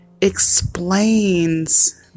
explains